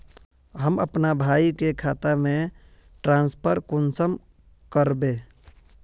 हम अपना भाई के खाता में ट्रांसफर कुंसम कारबे?